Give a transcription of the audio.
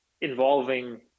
involving